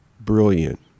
brilliant